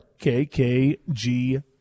KKG